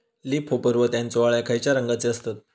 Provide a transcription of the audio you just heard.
Leaf hopper व त्यानचो अळ्या खैचे रंगाचे असतत?